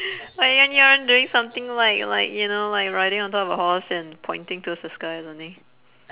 why aren't you aren't doing something like like you know like riding on the top of the horse and pointing towards the sky or something